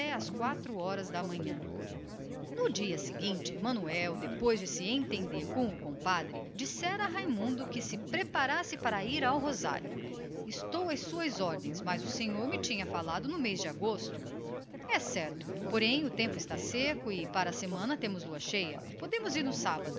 às quatro horas da manhã no dia seguinte manuel depois de entender-se com o compadre preveniu a raimundo que se preparasse para ir ao rosário estou às suas ordens mas o senhor tinha dito que iríamos no mês de agosto é certo porém o tempo está seco e para a semana temos lua cheia podemos ir no sábado